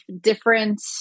different